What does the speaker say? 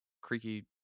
creaky